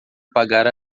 pagar